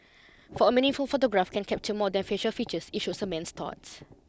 for a meaningful photograph can capture more than facial features it shows a man's thoughts